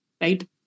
right